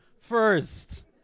first